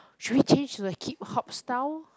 should we change to the hip hop style